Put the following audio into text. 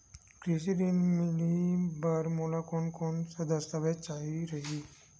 कृषि ऋण मिलही बर मोला कोन कोन स दस्तावेज चाही रही?